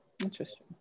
interesting